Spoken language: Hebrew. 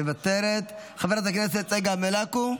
מוותרת, חברת הכנסת צגה מלקו,